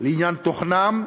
לעניין תוכנן,